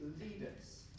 leaders